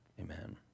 Amen